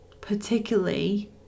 particularly